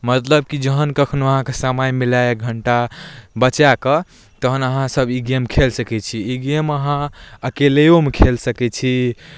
मतलब कि जहन कखनहु अहाँके समय मिलै एक घण्टा बचाकऽ तखन अहाँसभ ई गेम खेल सकै छी ई गेम अहाँ अकेलेमे खेल सकै छी